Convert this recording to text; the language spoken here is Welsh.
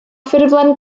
ffurflen